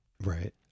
Right